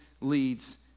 leads